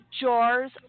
jars